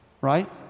right